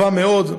טובה מאוד.